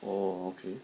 oh